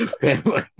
Family